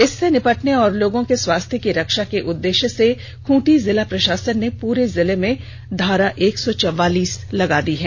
इससे निपटने और लोगों की स्वास्थ्य की रक्षा करने के उद्देष्य से खूंटी जिला प्रषासन ने पूरे जिले में धारा एक सौ चौवालीस लगा दी है